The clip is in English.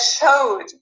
showed